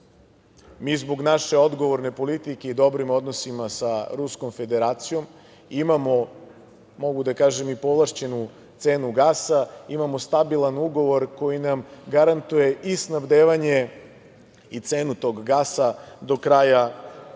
Mi zbog naše odgovorne politike i dobrih odnosa sa Ruskom Federacijom imamo, mogu da kažem, i povlašćenu cenu gasa, imamo stabilan ugovor koji nam garantuje i snabdevanje i cenu tog gasa do kraja ove